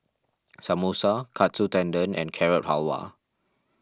Samosa Katsu Tendon and Carrot Halwa